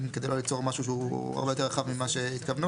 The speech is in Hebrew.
כדי לא ליצור משהו שהוא הרבה יותר רחב ממה שהתכוונו.